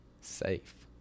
safe